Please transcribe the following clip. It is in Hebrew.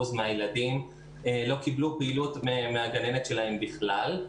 מהילדים לא קיבלו פעילות מהגננת שלהם בכלל.